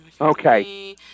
Okay